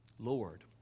Lord